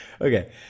Okay